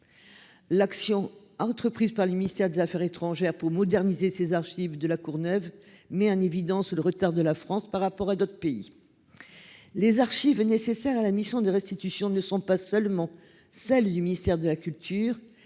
L'action entreprise par le ministère des Affaires étrangères pour moderniser ses archives de la Courneuve met en évidence le retard de la France par rapport à d'autres pays. Les archives nécessaires à la mission de restitution ne sont pas seulement celle du ministère de la culture